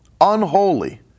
unholy